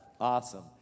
awesome